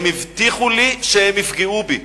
הם הבטיחו לי שהם יפגעו בי,